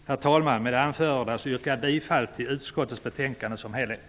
Herr talman! Med det anförda yrkar jag bifall till hemställan i sin helhet.